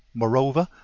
moreover,